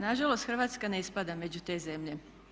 Nažalost Hrvatske ne spada među te zemlje.